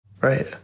Right